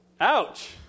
Ouch